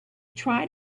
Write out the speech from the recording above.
tried